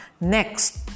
Next